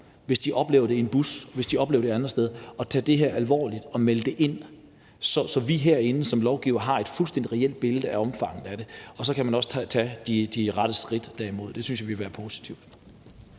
hvis de oplever det i en bus eller oplever det andre steder, til at tage det her alvorligt og melde det ind, så vi herinde som lovgivere har et fuldstændig reelt billede af omfanget af det, så kan man også tage de rette skridt imod det. Det synes jeg ville være positivt.